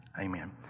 Amen